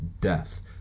death